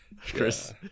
Chris